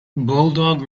bulldog